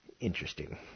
interesting